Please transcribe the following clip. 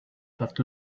that